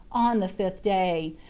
on the fifth day,